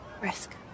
risk